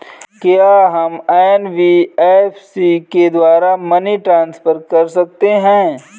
क्या हम एन.बी.एफ.सी के द्वारा मनी ट्रांसफर कर सकते हैं?